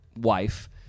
wife